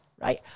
right